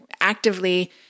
actively